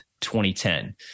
2010